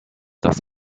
das